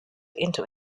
into